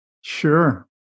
Sure